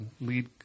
lead